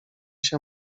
się